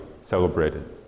celebrated